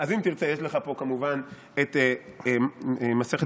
אז אם תרצה, יש לך פה כמובן את מסכת מגילה.